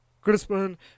crispin